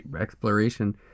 exploration